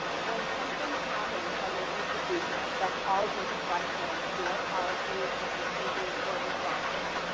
when something happens at your institution that calls into question your policies, or procedures, or responses,